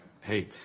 hey